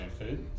food